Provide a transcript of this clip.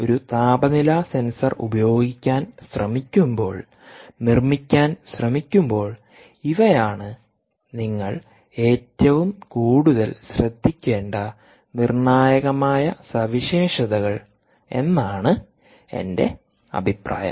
ഒരു താപനില സെൻസർ ഉപയോഗിക്കാൻ ശ്രമിക്കുമ്പോൾ നിർമ്മിക്കാൻ ശ്രമിക്കുമ്പോൾ ഇവയാണ് നിങ്ങൾ ഏറ്റവും കൂടുതൽ ശ്രദ്ധിക്കേണ്ട നിർണായകമായ സവിശേഷതകൾ എന്നാണ് എന്റെ അഭിപ്രായം